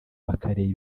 bakareba